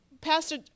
Pastor